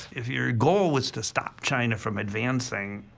if your goal is to stop china from advancing,